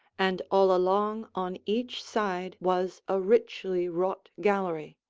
and all along on each side was a richly-wrought gallery.